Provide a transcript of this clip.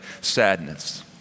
sadness